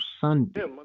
Sunday